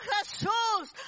Jesus